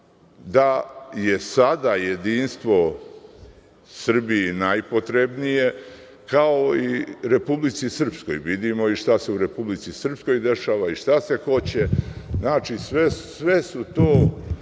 da je sada jedinstvo Srbiji najpotrebnije, kao i Republici Srpskoj. Vidimo šta se i u Republici Srpskoj dešava i šta se hoće, znači sve su to